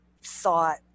thought